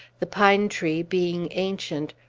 the pine-tree, being ancient,